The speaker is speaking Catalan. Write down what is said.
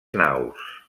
naus